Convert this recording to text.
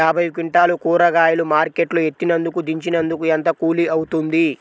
యాభై క్వింటాలు కూరగాయలు మార్కెట్ లో ఎత్తినందుకు, దించినందుకు ఏంత కూలి అవుతుంది?